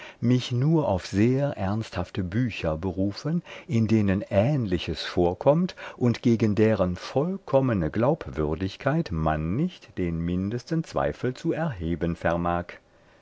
mich nur auf sehr ernsthafte bücher berufen in denen ähnliches vorkommt und gegen deren vollkommene glaubwürdigkeit man nicht den mindesten zweifel zu erheben vermag